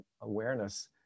awareness